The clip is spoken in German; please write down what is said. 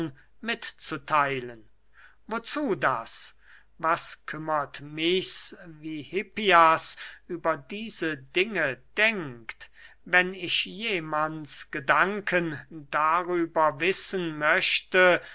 mitzutheilen wozu das was kümmert michs wie hippias über diese dinge denkt wenn ich jemands gedanken darüber wissen möchte